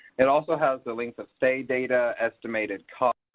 it also has the length of stay data, estimated cost,